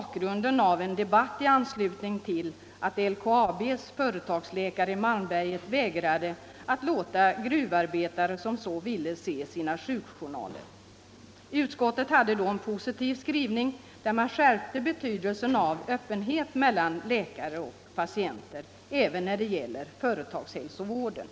Det gjordes mot bakgrund av en debatt i anslutning till att LKAB:s företagsläkare i Malmberget vägrade att låta gruvarbetare som ville se sina sjukjournaler få det. Utskottets skrivning var då positiv och inskärpte betydelsen av öppenhet mellan läkare och patienter även när det gäller företagshälsovården.